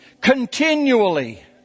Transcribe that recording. continually